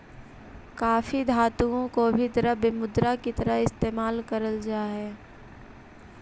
काफी धातुओं को भी द्रव्य मुद्रा की तरह इस्तेमाल करल जा हई